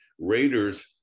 Raiders